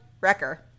wrecker